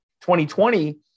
2020